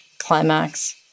climax